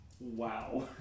wow